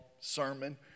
sermon